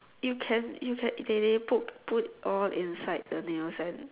you can you can they they put put all inside the nails and